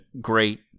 great